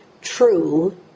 true